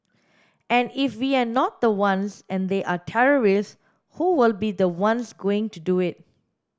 and if we're not the ones and there are terrorists who will be the ones going to do it